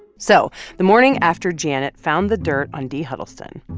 so the morning after janet found the dirt on dee huddleston,